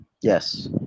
yes